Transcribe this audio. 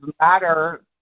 matter